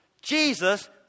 Jesus